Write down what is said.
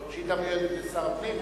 השאילתא לשר הפנים?